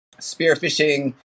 spearfishing